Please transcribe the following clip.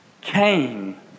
came